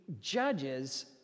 judges